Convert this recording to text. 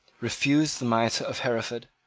refused the mitre of hereford,